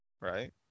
right